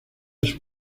sus